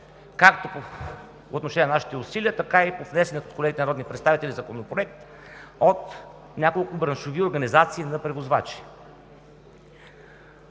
както по отношение на нашите усилия, така и по внесения от колегите народни представители Законопроект от няколко браншови организации на превозвачи.